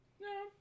No